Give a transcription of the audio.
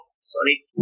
sorry